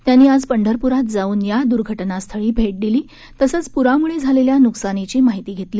त्यांनी आज पंढरपूरात जाऊन या दुर्घटनास्थळी भेट दिली तसंच पूरामुळे झालेल्या नुकसानीची माहिती घेतली